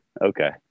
Okay